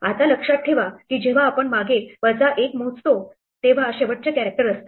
आता लक्षात ठेवा की जेव्हा आपण मागे वजा 1 मोजतो तेव्हा शेवटचे कॅरेक्टर असते